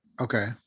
Okay